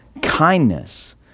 kindness